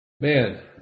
Man